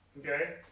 okay